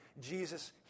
Jesus